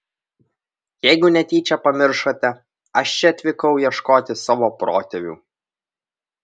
jeigu netyčia pamiršote aš čia atvykau ieškoti savo protėvių